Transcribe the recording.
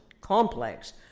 complex